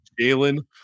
Jalen